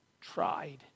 tried